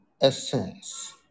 Essence